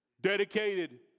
dedicated